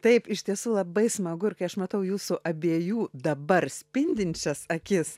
taip iš tiesų labai smagu ir kai aš matau jūsų abiejų dabar spindinčias akis